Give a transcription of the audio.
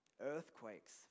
Earthquakes